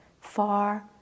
far